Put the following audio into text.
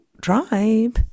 drive